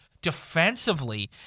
defensively